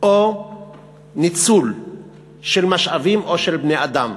או ניצול של משאבים או של בני-אדם,